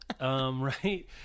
Right